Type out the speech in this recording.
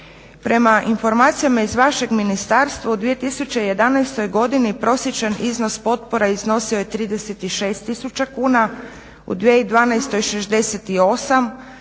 Prema informacijama iz vašeg ministarstva u 2011. godini prosječan iznos potpora iznosio je 36000 kuna, u 2012.